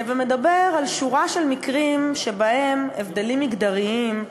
ומדבר על שורה של מקרים שבהם הבדלים מגדריים,